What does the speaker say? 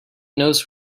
knows